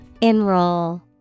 Enroll